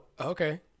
okay